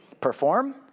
Perform